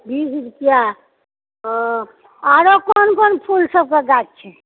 बीस रुपआ आरो कोन कोन फुल सबके गाछ छै